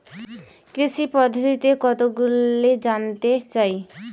কৃষি পদ্ধতি কতগুলি জানতে চাই?